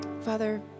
Father